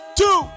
two